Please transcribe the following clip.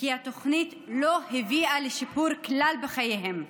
וכי התוכנית לא הביאה לשיפור בחייהם כלל.